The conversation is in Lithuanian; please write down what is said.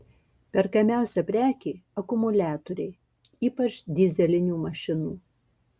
perkamiausia prekė akumuliatoriai ypač dyzelinių mašinų